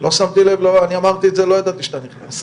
אני אמרתי את זה, לא ידעתי שאתה נכנס.